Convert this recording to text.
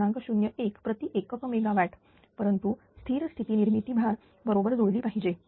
01 प्रति एकक मेगावॅट परंतु स्थिर स्थिती निर्मिती भार बरोबर जुळली पाहिजे